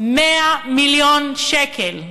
100 מיליון שקל,